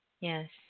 Yes